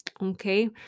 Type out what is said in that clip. Okay